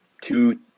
two